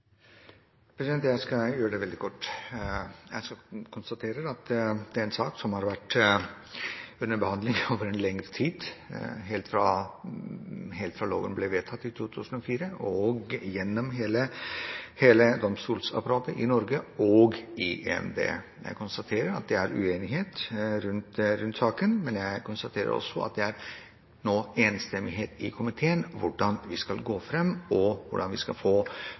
Jeg skal gjøre det veldig kort. Jeg konstaterer at dette er en sak som har vært under behandling over lengre tid, helt fra loven ble vedtatt i 2004 og gjennom hele domstolsapparatet i Norge og i EMD. Jeg konstaterer at det er uenighet i saken, men jeg konstaterer også at det nå er enstemmighet i komiteen om hvordan vi skal gå fram, og hvordan vi skal få